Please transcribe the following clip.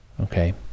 Okay